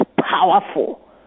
powerful